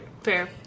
Fair